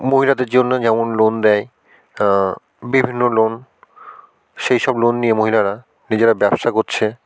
মহিলাদের জন্য যেমন লোন দেয় বিভিন্ন লোন সেই সব লোন নিয়ে মহিলারা নিজেরা ব্যবসা করছে